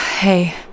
Hey